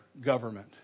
government